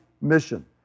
mission